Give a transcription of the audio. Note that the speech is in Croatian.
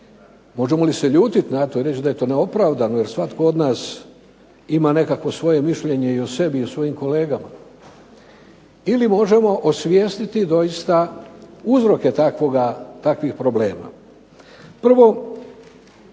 Možemo li se ljutiti na to i reći da je neopravdano, jer svatko od nas ima svoje nekakvo mišljenje i o sebi i o svojim kolegama ili možemo osvijestiti dosita uzroke takvih problema. Prvo,